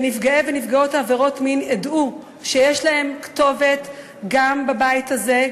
ונפגעי ונפגעות עבירות מין ידעו שיש להם כתובת גם בבית הזה,